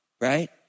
right